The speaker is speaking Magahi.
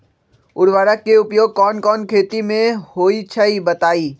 उर्वरक के उपयोग कौन कौन खेती मे होई छई बताई?